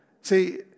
See